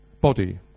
body